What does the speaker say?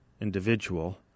individual